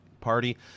party